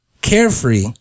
Carefree